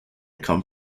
come